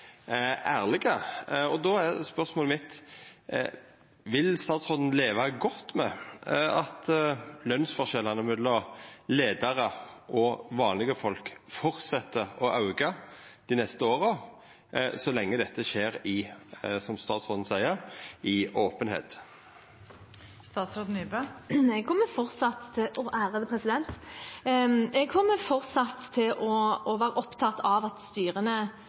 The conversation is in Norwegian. og då er spørsmålet mitt: Vil statsråden leva godt med at lønsforskjellane mellom leiarar og vanlege folk fortset å auka dei neste åra, så lenge dette skjer, som statsråden seier, i openheit? Jeg kommer fortsatt til å være opptatt av at styrene skal vise moderasjon. Jeg kommer fortsatt til å være opptatt av at